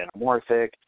anamorphic